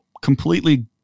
completely